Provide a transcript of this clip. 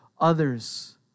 others